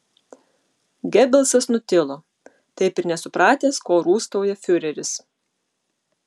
gebelsas nutilo taip ir nesupratęs ko rūstauja fiureris